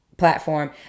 Platform